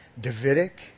Davidic